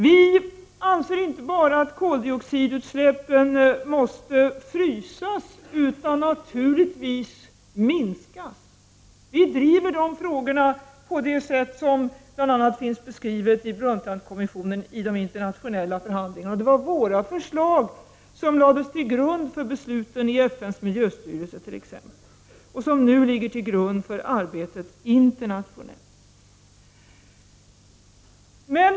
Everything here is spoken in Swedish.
Vi anser inte bara att koldioxidutsläppen måste frysas, utan naturligtvis måste de minskas. Vi driver de frågorna på det sätt som bl.a. finns beskrivet av Brundtland-kommissionen i de internationella förhandlingarna. Det var våra förslag som lades till grund för besluten i FN:s miljöstyrelse t.ex. och som nu ligger till grund för arbetet internationellt.